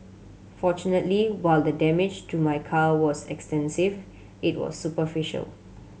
fortunately while the damage to my car was extensive it was superficial